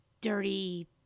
dirty